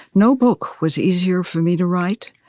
no book was easier for me to write.